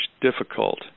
difficult